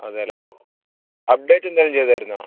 അതെയല്ലേ അപ്ഡേറ്റ് എന്തെങ്കിലും ചെയ്തായിരുന്നോ